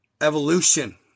evolution